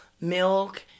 milk